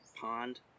pond